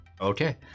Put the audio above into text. Okay